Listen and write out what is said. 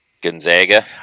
gonzaga